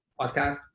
podcast